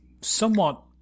somewhat